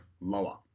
lower